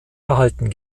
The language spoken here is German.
erhalten